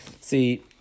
see